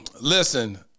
Listen